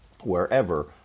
wherever